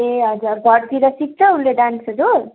ए हजुर घरतिर सिक्छ उसले डान्सहरू